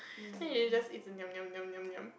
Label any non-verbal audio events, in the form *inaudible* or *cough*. *breath* then she just niam niam niam niam niam